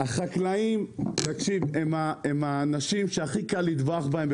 החקלאים הם האנשים שהכי קל לטבוח בהם,